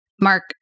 Mark